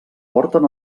porten